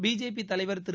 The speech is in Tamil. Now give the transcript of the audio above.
பிஜேபிதலைவர் திரு